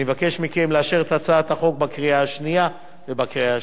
אני מבקש מכם לאשר את הצעת החוק בקריאה השנייה ובקריאה השלישית.